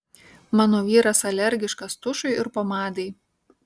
mano vyras alergiškas tušui ir pomadai